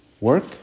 work